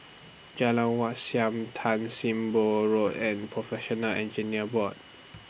Jalan Wat Siam Tan SIM Boh Road and Professional Engineers Board